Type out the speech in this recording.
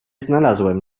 znalazłem